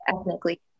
ethnically